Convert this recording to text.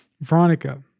Veronica